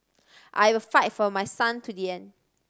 I will fight for my son to the end